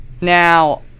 now